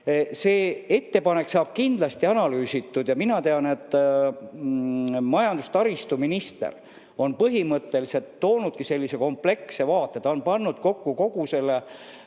see ettepanek saab kindlasti analüüsitud. Mina tean, et majandus- ja taristuminister on põhimõtteliselt toonudki sellise kompleksse vaate, ta on pannud kokku kogu selle